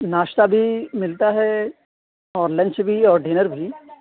ناشتہ بھی ملتا ہے اور لنچ بھی اور ڈنر بھی